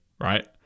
right